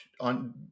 on